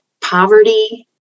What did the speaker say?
poverty